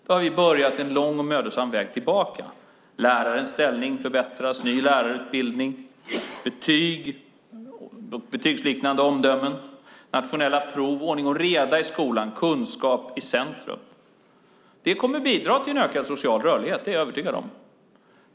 Vi har börjat en lång och mödosam väg tillbaka. Lärarens ställning förbättras. Det blir en ny lärarutbildning. Det handlar om betyg, betygsliknande omdömen, nationella prov, ordning och reda i skolan och att kunskap ska vara i centrum. Detta kommer att bidra till en ökad social rörlighet. Det är jag övertygad om.